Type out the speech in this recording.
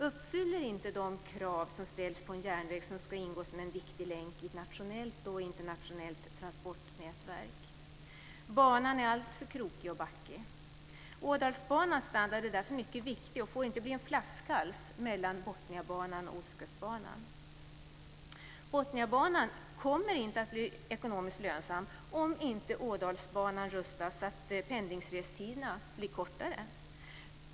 uppfyller inte de krav som ställs på en järnväg som ska ingå som en viktig länk i ett nationellt och internationellt transportnätverk. Banan är alltför krokig och backig. Ådalsbanans standard är därför mycket viktig, och den får inte bli en flaskhals mellan Botniabanan och Ostkustbanan. Botniabanan kommer inte att bli ekonomiskt lönsam om inte Ådalsbanan rustas upp så att pendlingsrestiderna blir kortare.